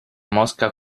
mosca